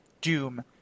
Doom